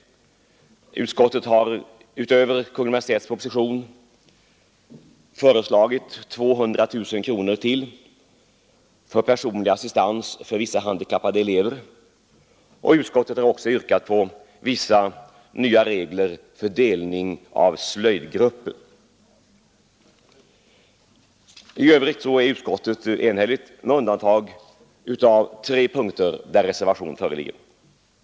Utöver Kungl. Maj:ts proposition har utskottet föreslagit 200 000 kronor ytterligare för personlig assistans åt vissa handikappade elever och yrkat på vissa nya regler för delning av slöjdgrupper. I övrigt har utskottet enhälligt biträtt statsverkspropositionen med undantag för tre punkter där reservation föreligger.